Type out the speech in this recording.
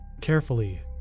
carefully